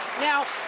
now,